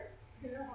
כן.